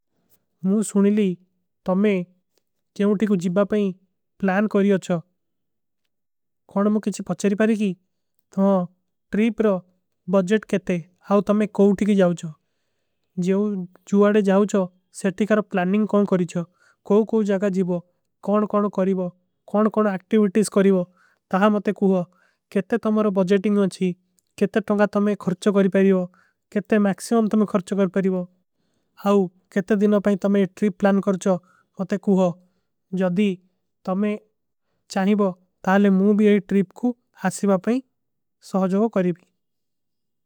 ମୁଝେ ସୁନିଲୀ ତମ୍ହେ ଜିବାପାଈଂ ପ୍ଲାନ କରିଯା ଚାହତେ ହୈଂ। କୌନ ମୁଝେ କେଛୀ ପଚ୍ଚରୀ ପାରୀ କୀ ତମ୍ହାଁ ଟ୍ରୀପର ବଜେଟ। କେ ଥେ ଆଓ ତମ୍ହେ କୌନ ତୀକୀ ଜାଓଚୋ ଜିଵାଡେ ଜାଓଚୋ। ସେଟିକାର ପ୍ଲାନିଂଗ କୌନ କରୀଚୋ କୌନ କୌନ ଜାଗା ଜିବା। କୌନ କୌନ କରୀବା କୌନ କୌନ ଅକ୍ଟିଵିଟିସ କରୀବା ତହାଂ। ମତେ କୁ ହୈ କେଥେ ତମ୍ହାରା ବଜେଟିଂଗ ହୈଂ ଚୀ କେଥେ ତଂଗା ତମ୍ହେ ଖର୍ଚ। କରୀ ପାରୀବା କେଥେ ମୈକସିମମ ତମ୍ହେ ଖର୍ଚ କରୀ ପାରୀବା ହାଁ। କେଥେ ଦିନା ପାରୀ ତମ୍ହେ ଏଇ ଟ୍ରିପ ପ୍ଲାନ କରଚୋ ମତେ କୁ ହୈ ଜଦୀ। ତମ୍ହେ ଚାନୀବା ତାଲେ ମୂଝୀ ଏଇ ଟ୍ରିପ କୁ ହାସିବା ପାରୀ ସହଜଵ କରୀବୀ।